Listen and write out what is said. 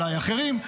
אולי אחרים,